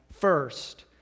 first